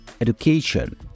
Education